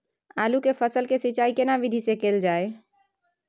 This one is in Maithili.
आलू के फसल के सिंचाई केना विधी स कैल जाए?